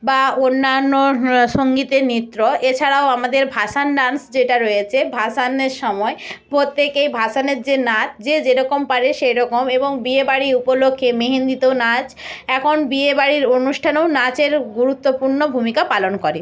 বা অন্যান্য সঙ্গীতের নৃত্য এছাড়াও আমাদের ভাসান ডান্স যেটা রয়েছে ভাসানের সময় প্রত্যেকে ভাসানের যে নাচ যে যেরকম পারে সেরকম এবং বিয়েবাড়ি উপলক্ষে মেহেন্দিতেও নাচ এখন বিয়েবাড়ির অনুষ্ঠানেও নাচের গুরুত্বপূর্ণ ভূমিকা পালন করে